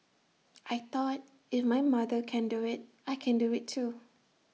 I thought if my mother can do IT I can do IT too